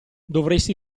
dovresti